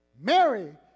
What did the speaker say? Mary